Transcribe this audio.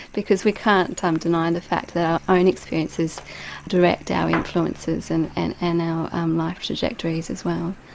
because we can't um deny and the fact that our our own experiences direct our influences and and and our life trajectories as well.